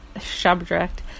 subject